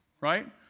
right